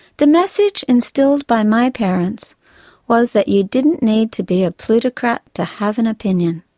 the message instilled by my parents was that you didn't need to be a plutocrat to have an opinion.